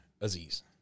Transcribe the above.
Aziz